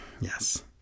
yes